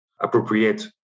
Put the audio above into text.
appropriate